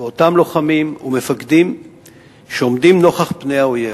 אותם לוחמים ומפקדים שעומדים נוכח פני האויב,